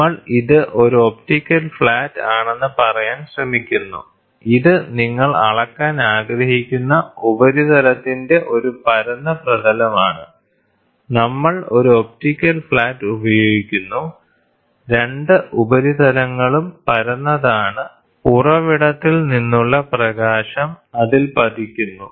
നമ്മൾ ഇത് ഒരു ഒപ്റ്റിക്കൽ ഫ്ലാറ്റ് ആണെന്ന് പറയാൻ ശ്രമിക്കുന്നു ഇത് നിങ്ങൾ അളക്കാൻ ആഗ്രഹിക്കുന്ന ഉപരിതലത്തിന്റെ ഒരു പരന്ന പ്രതലമാണ് നമ്മൾ ഒരു ഒപ്റ്റിക്കൽ ഫ്ലാറ്റ് ഉപയോഗിക്കുന്നു രണ്ട് ഉപരിതലങ്ങളും പരന്നതാണ് ഉറവിടത്തിൽ നിന്നുള്ള പ്രകാശം അതിൽ പതിക്കുന്നു